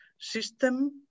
system